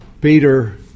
Peter